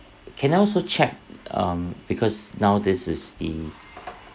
can I also check um because now this is the